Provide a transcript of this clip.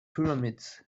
pyramids